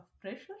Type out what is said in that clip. pressure